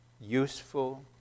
useful